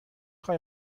خوای